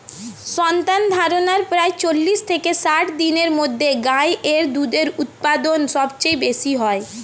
সন্তানধারণের প্রায় চল্লিশ থেকে ষাট দিনের মধ্যে গাই এর দুধের উৎপাদন সবচেয়ে বেশী হয়